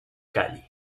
cali